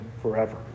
forever